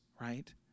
right